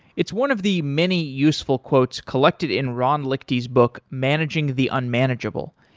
it's one of the many useful quotes collected in ron lichty's book, managing the unmanageable